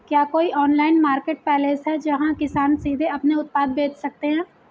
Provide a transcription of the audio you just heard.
क्या कोई online marketplace है जहां किसान सीधे अपने उत्पाद बेच सकते हैं?